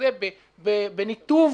בניתוב